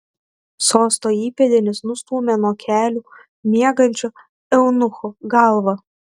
sosto įpėdinis nustūmė nuo kelių miegančio eunucho galvą